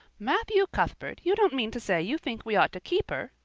matthew cuthbert, you don't mean to say you think we ought to keep her!